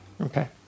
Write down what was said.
Okay